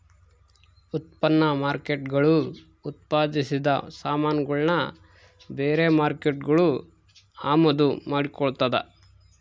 ಉತ್ಪನ್ನ ಮಾರ್ಕೇಟ್ಗುಳು ಉತ್ಪಾದಿಸಿದ ಸಾಮಾನುಗುಳ್ನ ಬೇರೆ ಮಾರ್ಕೇಟ್ಗುಳು ಅಮಾದು ಮಾಡಿಕೊಳ್ತದ